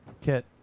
Kit